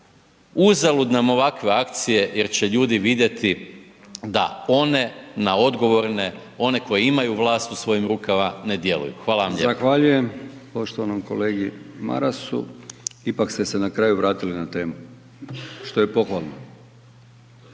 uzalud nam ovakve akcije jer će ljudi vidjeti da one na odgovorne, one koji imaju vlast u svojim rukama ne djeluju. Hvala vam lijepa. **Brkić, Milijan (HDZ)** Zahvaljujem poštovanom kolegi Marasu. Ipak ste se nakraju vratili na temu što je pohvalno.